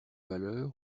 valeur